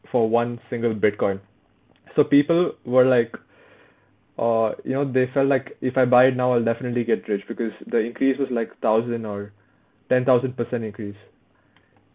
for one single Bitcoin so people were like err you know they felt like if I buy now I'll definitely get rich because the increase was like thousand or ten thousand percent increase